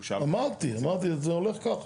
אמרתי, אמרתי, זה הולך ככה.